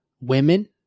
women